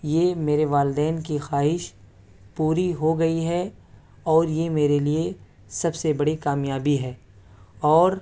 یہ میرے والدین کی خواہش پوری ہو گئی ہے اور یہ میرے لیے سب سے بڑی کامیابی ہے اور